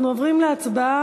אנחנו עוברים להצבעה.